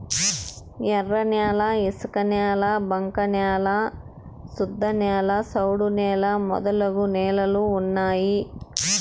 ఎర్రన్యాల ఇసుకనేల బంక న్యాల శుద్ధనేల సౌడు నేల మొదలగు నేలలు ఉన్నాయి